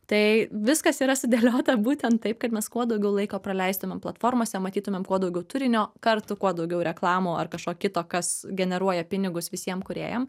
tai viskas yra sudėliota būtent taip kad mes kuo daugiau laiko praleistumėm platformose matytumėm kuo daugiau turinio kartu kuo daugiau reklamų ar kažko kito kas generuoja pinigus visiem kūrėjam